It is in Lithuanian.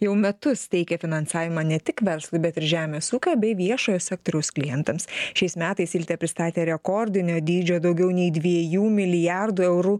jau metus teikia finansavimą ne tik verslui bet ir žemės ūkio bei viešojo sektoriaus klientams šiais metais iltė pristatė rekordinio dydžio daugiau nei dviejų milijardų eurų